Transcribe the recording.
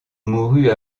mourut